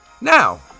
Now